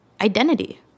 identity